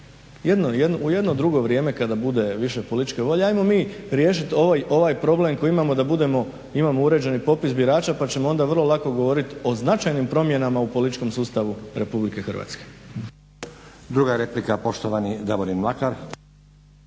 u jedno drugo vrijeme kada bude više političke volje. Ajmo mi riješiti ovaj problem koji imamo da budemo, imao uređeni popis birača pa ćemo onda vrlo lako govorit o značajnim promjena u političkom sustavu RH.